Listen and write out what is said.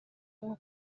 nko